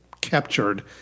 captured